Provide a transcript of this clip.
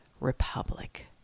republic